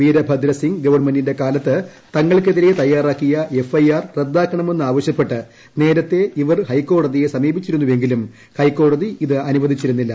വിരഭദ്രസിംഗ് ഗവണ്മെന്റിന്റെ കാലത്ത് തങ്ങൾക്കെതിരെ തയ്യാറാക്കിയ എഫ്ഐആർ റദ്ദാക്കണമെന്നാവശ്യപ്പെട്ട് നേരത്തെ ഇവർ ഹൈക്കോടതിയെ സമീപിച്ചിരുന്നെങ്കിലും ഹൈക്കോടതി ഇത് അനുവദിച്ചിരുന്നില്ല